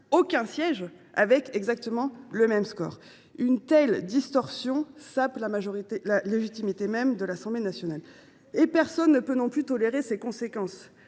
aucun siège avec exactement le même score. Une telle distorsion sape la légitimité même de l’Assemblée nationale. L’on ne peut plus le tolérer, mes chers